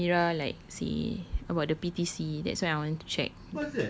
then teacher amirah like say about the P_T_C that's why I want to check